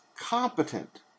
competent